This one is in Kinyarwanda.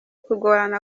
kugorana